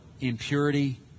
impurity